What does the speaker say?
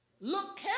Look